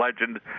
legend